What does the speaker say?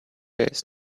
days